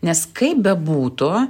nes kaip bebūtų